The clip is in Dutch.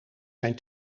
zijn